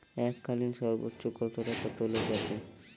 এককালীন সর্বোচ্চ কত টাকা তোলা যাবে?